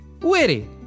Witty